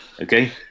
Okay